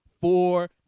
four